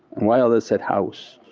why allah said, house,